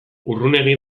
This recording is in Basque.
urrunegi